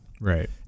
Right